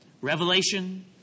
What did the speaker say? Revelation